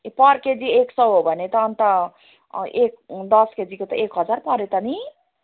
ए पर केजी एक सय हो भने त अनि त एक दस केजीको त एक हजार पऱ्यो त नि